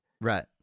Right